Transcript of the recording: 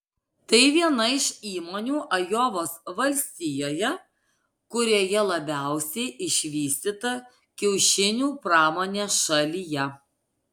tai viena iš įmonių ajovos valstijoje kurioje labiausiai išvystyta kiaušinių pramonė šalyje